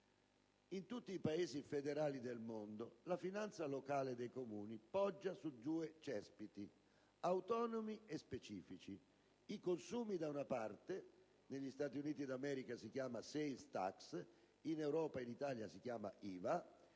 in tutti i Paesi federali del mondo la finanza locale dei Comuni poggia su due cespiti; autonomi e specifici: i consumi da una parte (negli Stati Uniti d'America si chiama *sales tax*, mentre in Europa e in Italia si chiama IVA)